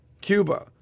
Cuba